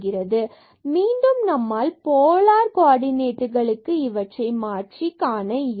எனவே மீண்டும் நம்மால் போலார் கோ ஆர்டினேட்களுக்கு இவற்றை மாற்றி காண இயலும்